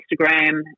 Instagram